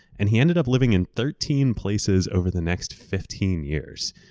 and he ended up living in thirteen places over the next fifteen years,